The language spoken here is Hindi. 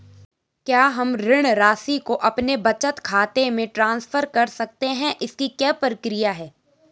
क्या हम ऋण राशि को अपने बचत खाते में ट्रांसफर कर सकते हैं इसकी क्या प्रक्रिया है?